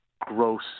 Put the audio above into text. gross